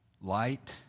Light